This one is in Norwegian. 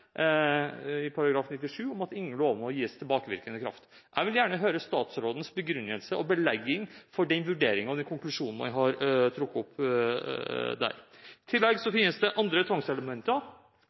i § 97 om at ingen lover må gis tilbakevirkende kraft. Jeg vil gjerne høre statsrådens begrunnelse og belegg for den vurderingen og konklusjonen man har trukket i den forbindelse. I tillegg finnes det andre tvangselementer